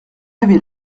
avait